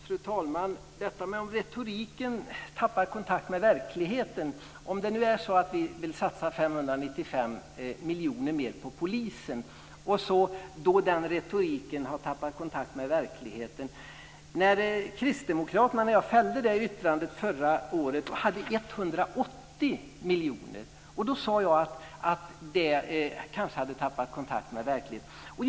Fru talman! Jag vill kommentera påståendet om att retoriken tappar kontakt med verkligheten. Nu är det så att vi säger att vi vill satsa 595 miljoner mer på polisen. Retoriken ska då ha tappat kontakt med verkligheten. När jag fällde det yttrandet förra året talade kristdemokraterna om 180 miljoner. Då sade jag att man kanske hade tappat kontakt med verkligheten.